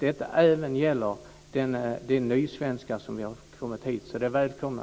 Detta gäller även de nysvenskar som kommit hit, och det välkomnar jag.